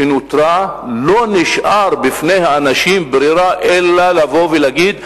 לא נשארה בפני האנשים ברירה אלא לבוא ולהגיד: